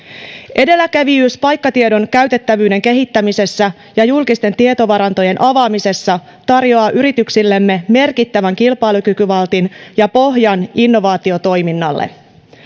edelläkävijyys paikkatiedon käytettävyyden kehittämisessä ja julkisten tietovarantojen avaamisessa tarjoaa yrityksillemme merkittävän kilpailukykyvaltin ja pohjan innovaatiotoiminnalle